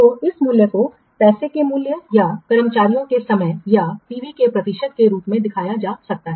तो इस मूल्य को पैसे के मूल्य या कर्मचारियों के समय या पीवी के प्रतिशत के रूप में दिखाया जा सकता है